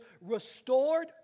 restored